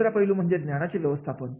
दुसरा पैलू म्हणजे ज्ञानाचे व्यवस्थापन